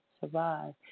survive